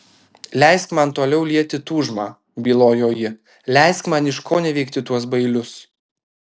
leisk man toliau lieti tūžmą bylojo ji leisk man iškoneveikti tuos bailius